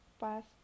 past